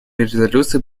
резолюции